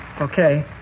Okay